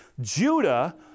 Judah